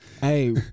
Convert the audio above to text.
Hey